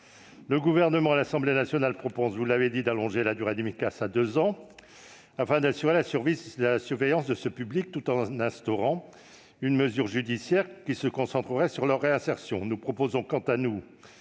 Le Gouvernement et l'Assemblée nationale proposent d'allonger la durée des Micas à deux ans, afin d'assurer la surveillance de ce public, tout en instaurant une mesure judiciaire qui se concentrerait sur leur réinsertion.